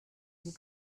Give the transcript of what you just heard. vous